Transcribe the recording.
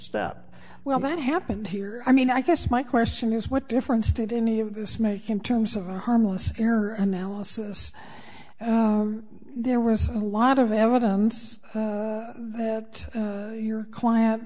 step well that happened here i mean i guess my question is what difference did any of this make in terms of a harmless error analysis there was a lot of evidence that your client